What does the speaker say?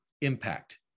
impact